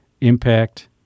impact